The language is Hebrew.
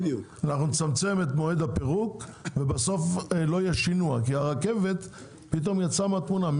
אנחנו נצמצם את מועד הפירוק ובסוף לא יהיה שינוע כי הרכבת יצאה מהתמונה.